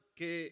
que